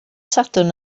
sadwrn